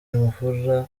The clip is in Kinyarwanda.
imvura